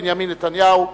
בנימין נתניהו,